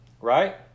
right